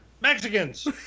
Mexicans